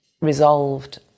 resolved